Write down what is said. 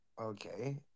Okay